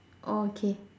okay